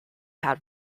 had